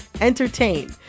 entertain